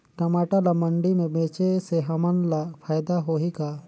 टमाटर ला मंडी मे बेचे से हमन ला फायदा होही का?